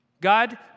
God